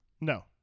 No